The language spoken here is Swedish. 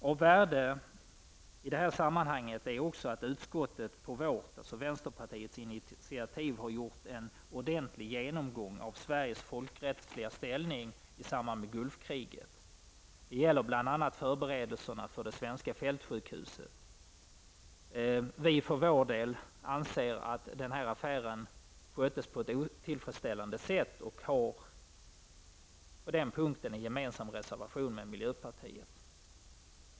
Av värde i detta sammanhang är också att utskottet på vänsterpartiets initiativ har gjort en ordentlig genomgång av Sveriges folkrättsliga ställning i samband med Gulfkriget. Det gäller bl.a. förberedelserna för det svenska fältsjukhuset. Vi för vår del anser att denna affär sköttes på ett otillfredsställande sätt, och på denna punkt har vi tillsammans med miljöpartiet fogat en reservation till betänkandet.